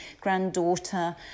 granddaughter